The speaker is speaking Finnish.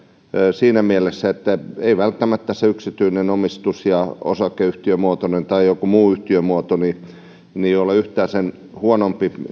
siinä mielessä että eivät välttämättä yksityinen omistus ja osakeyhtiömuoto tai joku muu yhtiömuoto ole yhtään sen huonompia